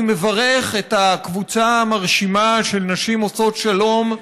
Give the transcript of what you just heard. אני מברך את הקבוצה המרשימה של נשים עושות שלום,